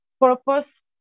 purpose